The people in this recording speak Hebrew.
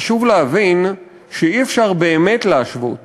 חשוב להבין שאי-אפשר באמת להשוות